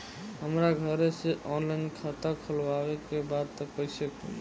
हमरा घरे से ऑनलाइन खाता खोलवावे के बा त कइसे खुली?